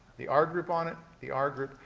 the r group on it, the r group.